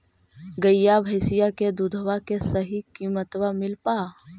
गईया भैसिया के दूधबा के सही किमतबा मिल पा?